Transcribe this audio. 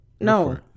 No